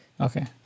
Okay